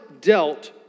dealt